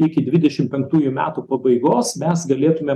iki dvidešim penktųjų metų pabaigos mes galėtumėm